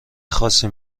خاصی